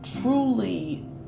truly